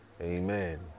Amen